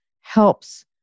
helps